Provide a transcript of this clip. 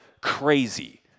crazy